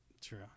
True